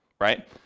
right